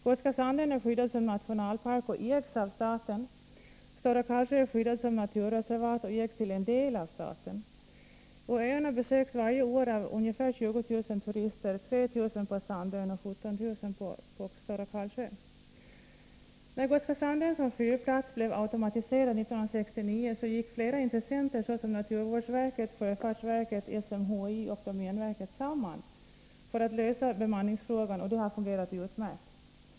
Gotska Sandön är skyddad som nationalpark och ägs av staten, Stora Karlsö är skyddad som naturreservat och ägs till en del av staten. Öarna besöks varje år av ungefär 20000 turister, 3 000 på Gotska Sandön och 17 000 på Stora Karlsö. När Gotska Sandön som fyrplats blev automatiserad 1969 gick flera intressenter, såsom naturvårdsverket, sjöfartsverket, SMHI och domänverket, samman för att lösa bemanningsfrågan, och det har fungerat utmärkt.